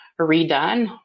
redone